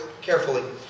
carefully